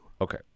Okay